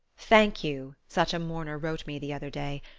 thank you, such a mourner wrote me the other day,